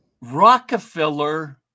Rockefeller